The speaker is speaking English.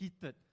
heated